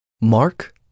Mark